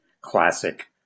classic